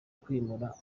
kwimura